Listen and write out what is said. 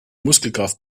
muskelkraft